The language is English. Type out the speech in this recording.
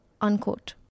Unquote